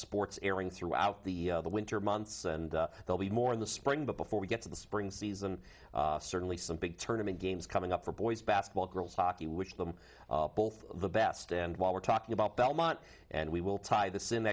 sports airing throughout the winter months and they'll be more in the spring but before we get to the spring season certainly some big tournament games coming up for ball basketball girls hockey wish them both the best and while we're talking about belmont and we will tie the sin